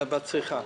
בצריכה.